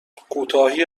کوتاهی